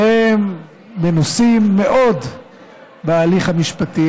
והם מנוסים מאוד בהליך המשפטי.